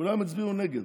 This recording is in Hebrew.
כולם הצביעו נגד.